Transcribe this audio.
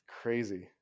Crazy